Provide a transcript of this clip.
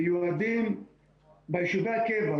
מיועדים ליישובי הקבע,